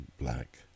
black